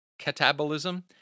catabolism